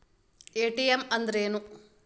ATM ಅಂದ್ರ ಏನು?